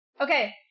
Okay